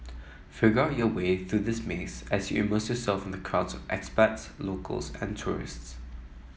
figure out your way through this maze as you immerse yourself in the crowds of expats locals and tourists